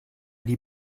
die